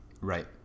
Right